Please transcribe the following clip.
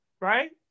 right